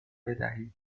بدهید